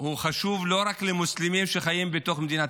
חשוב לא רק למוסלמים שחיים בתוך מדינת